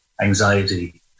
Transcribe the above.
anxiety